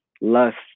Lust